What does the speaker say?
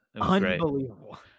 Unbelievable